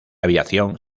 aviación